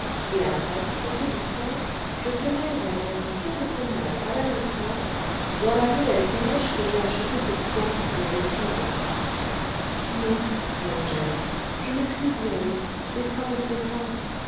et après pour te distraire je te mènerai faire un tour de promenade à la longue pointe dans la nouvelle calèche que j'ai achetée pour toi mauvaise fille non dit angèle je ne puis y aller des travaux pressants